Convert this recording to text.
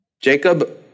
Jacob